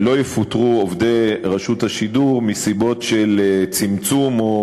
לא יפוטרו עובדי רשות השידור מסיבות של צמצום או